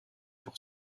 pour